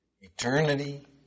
Eternity